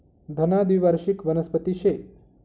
धना द्वीवार्षिक वनस्पती शे